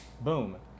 Boom